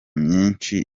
myinshi